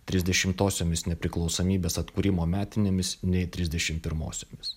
trisdešimtosiomis nepriklausomybės atkūrimo metinėmis nei trisdešim pirmosiomis